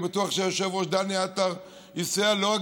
ואני בטוח שהיושב-ראש דני עטר יסייע לא רק